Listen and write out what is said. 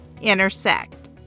intersect